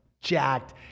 jacked